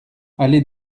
allée